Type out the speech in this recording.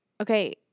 Okay